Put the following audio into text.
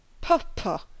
Papa